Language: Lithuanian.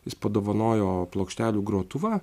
jis padovanojo plokštelių grotuvą